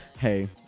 hey